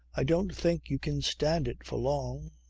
i don't think you can stand it for long.